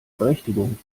berechtigung